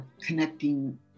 connecting